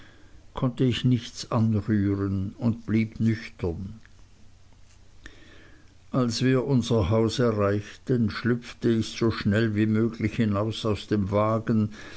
konnte ich nichts anrühren und blieb nüchtern als wir unser haus erreichten schlüpfte ich so schnell wie möglich hinten aus dem wagen